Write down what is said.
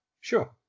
Sure